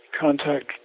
contact